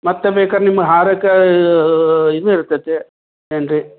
ಮತ್ತು ಬೇಕಾದ್ರ್ ನಿಮ್ಮ ಹಾರಕ್ಕೆ ಇದು ಇರ್ತದೆ ಏನು ರೀ